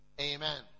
Amen